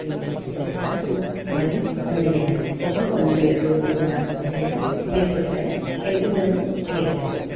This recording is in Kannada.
ಎಂಟು ಎರಡು ತಾಸು ನಾವಲ್ಲಿ ಭಜನೆಯನ್ನು ಒಬ್ಬೊಬ್ರು ಒಂದು ಎರಡು ಮೂರು ನಾಲ್ಕು ಭಜನೆಯನ್ನು ಹೇಳಿಕೊಡ್ತಾರೆ ಎ ಉಳಿದವ್ರು ಹೇಳ್ತಾರೆ